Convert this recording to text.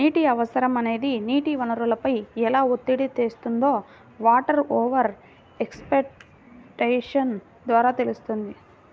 నీటి అవసరం అనేది నీటి వనరులపై ఎలా ఒత్తిడి తెస్తుందో వాటర్ ఓవర్ ఎక్స్ప్లాయిటేషన్ ద్వారా తెలుస్తుంది